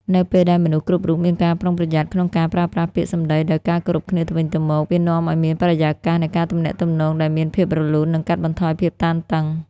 នៅពេលដែលមនុស្សគ្រប់រូបមានការប្រុងប្រយ័ត្នក្នុងការប្រើប្រាស់ពាក្យសម្តីដោយការគោរពគ្នាទៅវិញទៅមក វានាំឱ្យមានបរិយាកាសនៃការទំនាក់ទំនងដែលមានភាពរលូន និងកាត់បន្ថយភាពតានតឹង។